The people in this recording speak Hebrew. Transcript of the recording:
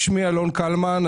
שמי אלון קלמן,